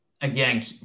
Again